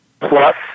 plus